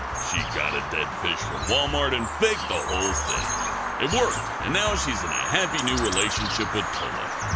she got a dead fish from walmart and faked the whole thing. it worked, and now she's in a happy new relationship with tolop.